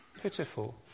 pitiful